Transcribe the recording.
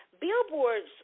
Billboard's